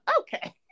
Okay